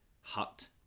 hut